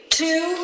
two